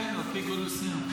כן, על פי גודל הסיעה.